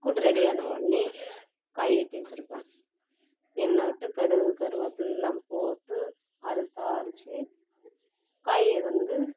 கூட்டு ரெடியானவொன்னே காய் வெட்டி வச்சுருப்பேன் எண்ணெய் விட்டு கடுகு கருவேப்பில்லாம் போட்டு அது தாளித்து காய வந்து